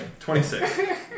26